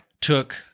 took